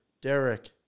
Derek